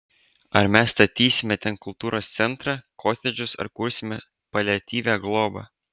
ar mes statysime ten kultūros centrą kotedžus ar kursime paliatyvią globą